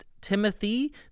Timothy